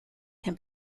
can